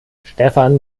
stefan